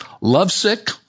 Lovesick